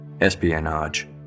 espionage